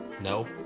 No